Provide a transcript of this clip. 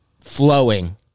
flowing